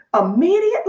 Immediately